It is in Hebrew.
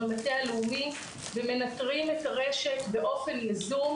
במטה הלאומי ומנטרים את הרשת באופן יזום,